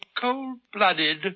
cold-blooded